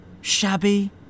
Shabby